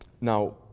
Now